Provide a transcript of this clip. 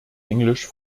englisch